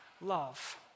love